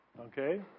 Okay